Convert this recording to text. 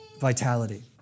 vitality